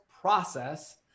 process